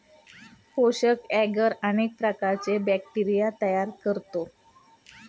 पोषक एग्गर अनेक प्रकारचे बॅक्टेरिया तयार करते